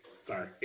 sorry